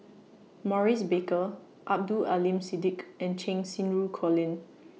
Maurice Baker Abdul Aleem Siddique and Cheng Xinru Colin